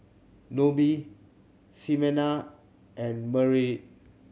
Nobie Ximena and Merritt